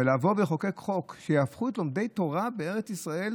לבוא לחוקק חוק שיהפכו את לומדי תורה בארץ ישראל